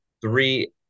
three